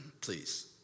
please